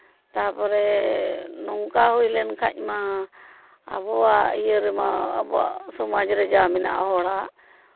ᱛᱟᱨᱯᱚᱨᱮ ᱱᱚᱝᱠᱟ ᱦᱩᱭ ᱞᱮᱱᱠᱷᱟᱡ ᱢᱟ ᱟᱵᱚᱣᱟᱜ ᱤᱭᱟᱹ ᱨᱮᱦᱚᱸ ᱥᱚᱢᱟᱡᱽ ᱨᱮ ᱡᱟ ᱢᱮᱱᱟᱜᱼᱟ ᱦᱚᱲᱟᱜ